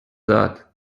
that